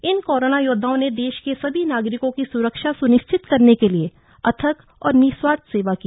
इन corona योद्वाओं ने देश के सभी नागरिकों की स्रक्षा स्निश्चित करने के लिए अथक और निस्वार्थ सेवा की